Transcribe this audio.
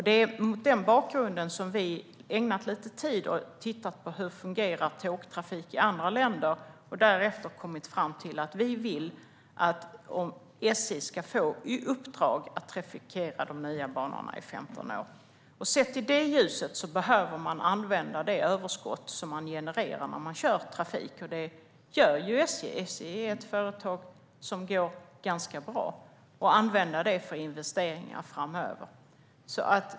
Det är mot den bakgrunden som vi har ägnat tid åt att titta på hur tågtrafiken fungerar i andra länder, och därefter har vi kommit fram till att vi vill att SJ ska få i uppdrag att trafikera de nya banorna i 15 år. Sett i det ljuset behöver det överskott som genereras när trafik körs - SJ är ett företag som går bra - användas för investeringar framöver.